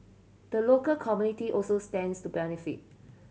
the local community also stands to benefit